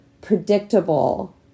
predictable